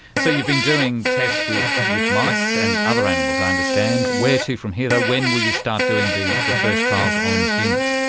so you've been doing tests with with mice and other animals, i understand. where to from here though? when will you start doing the the first trials on humans?